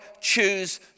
choose